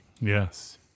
Yes